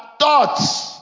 thoughts